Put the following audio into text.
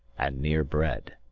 and near bred.